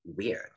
weird